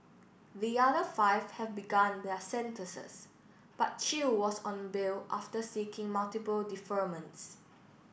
the other five have begun their sentences but Chew was on bail after seeking multiple deferments